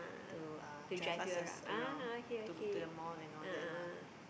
to uh drive us around to to the mall and all that lah